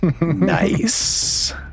Nice